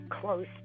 close